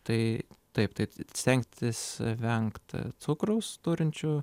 tai taip taip stengtis vengt cukraus turinčių